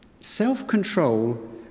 Self-control